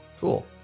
cool